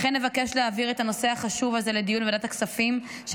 לכן נבקש להעביר את הנושא החשוב הזה לדיון בוועדת הכספים של